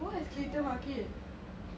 what is clayton market